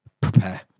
prepare